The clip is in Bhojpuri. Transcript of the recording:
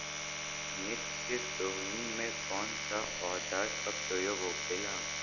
मिर्च के सोहनी में कौन सा औजार के प्रयोग होखेला?